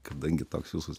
kadangi toks jūsų